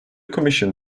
commission